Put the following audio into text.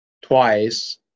twice